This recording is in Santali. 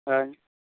ᱦᱮᱸ